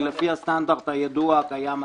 היא לפי הסטנדרט הידוע הקיים היום.